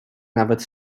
nawet